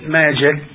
magic